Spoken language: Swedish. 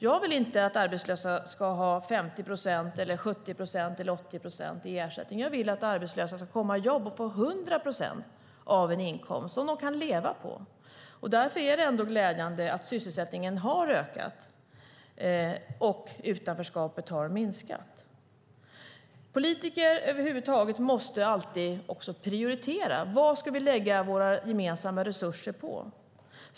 Jag vill inte att arbetslösa ska ha 50 procent, 70 procent eller 80 procent i ersättning, utan jag vill att arbetslösa ska komma i jobb och få 100 procent av en inkomst som de kan leva på. Därför är det glädjande att sysselsättningen har ökat och utanförskapet har minskat. Politiker måste alltid prioritera. Vad ska vi lägga våra gemensamma resurser på?